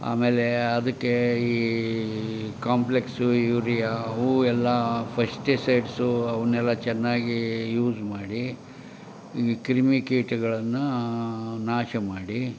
ಆಮೇಲೆ ಅದಕ್ಕೆ ಈ ಕಾಂಪ್ಲೆಕ್ಸು ಯೂರಿಯಾ ಅವು ಎಲ್ಲ ಫೆಸ್ಟಿಸೈಡ್ಸು ಅವನ್ನೆಲ್ಲ ಚೆನ್ನಾಗಿ ಯೂಸ್ ಮಾಡಿ ಈ ಕ್ರಿಮಿ ಕೀಟಗಳನ್ನು ನಾಶ ಮಾಡಿ